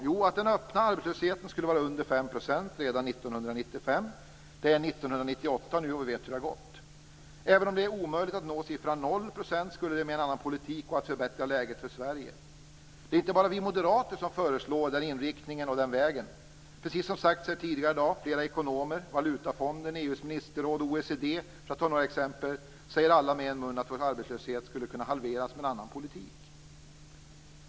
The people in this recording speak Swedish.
Jo, att den öppna arbetslösheten skulle vara under 5 % redan 1995. Det är nu 1998, och vi vet hur det har gått. Även om det är omöjligt att nå siffran 0 %, skulle det med en annan politik gå att förbättra läget för Sverige. Det är inte bara vi moderater som föreslår den inriktningen. Precis som har sagts tidigare i dag har ekonomer, Valutafonden, EU:s ministerråd och OECD uttalat med en mun att arbetslösheten skulle kunna halveras med hjälp av en annan politik.